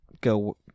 go